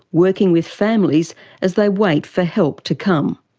working with families as they wait for help to come.